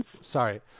Sorry